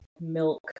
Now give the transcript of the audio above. milk